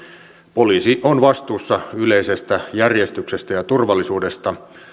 poliisi on vastuussa yleisestä järjestyksestä ja turvallisuudesta